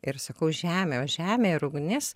ir sakau žemė o žemė ir ugnis